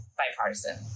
bipartisan